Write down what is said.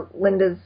Linda's